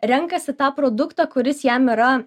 renkasi tą produktą kuris jam yra